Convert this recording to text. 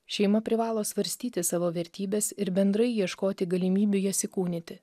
šeima privalo svarstyti savo vertybes ir bendrai ieškoti galimybių jas įkūnyti